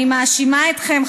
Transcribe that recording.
אני מאשימה אתכם,